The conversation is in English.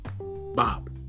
Bob